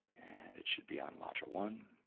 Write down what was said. and it should be on module one.